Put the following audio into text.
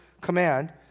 command